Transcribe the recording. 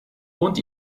und